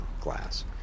glass